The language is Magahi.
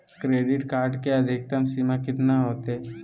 क्रेडिट कार्ड के अधिकतम सीमा कितना होते?